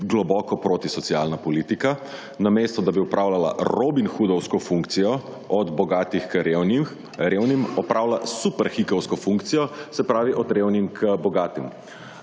globoko protisocialna politika. Namesto, da bi opravljala »robinhoodovsko« funkcijo (od bogatih k revnim), opravlja superhikovsko funkcijo, se pravi od revnih k bogatim.